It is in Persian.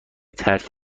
ترک